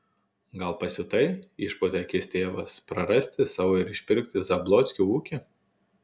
gal pasiutai išpūtė akis tėvas prarasti savo ir išpirkti zablockių ūkį